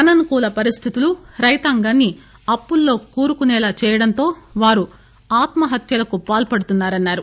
అనుకూల పరిస్థితులు రైతాంగాన్ని అప్పుల్లో కూరుకునేలా చేయడంతో వారు ఆత్మహత్యలకు పాల్పడుతున్నారన్నారు